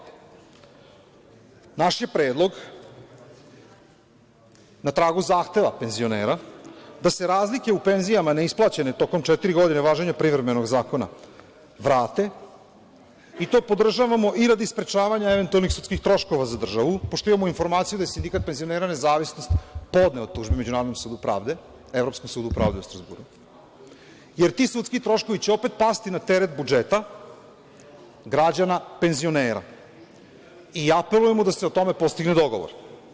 Naš je predlog na tragu zahteva penzionera da se razlike u penzijama neisplaćene tokom četiri godine važenja privremenog zakona vrate i to podržavamo i radi sprečavanja eventualnih sudskih troškova za državu, pošto imamo informaciju da je Sindikat penzionera Nezavisnost podneo tužbe Međunarodnom sudu pravde, evropskom sudu pravde u Strazburu, jer ti sudski troškovi će opet pasti na teret budžeta, građana, penzionera i apelujemo da se o tome postigne dogovor.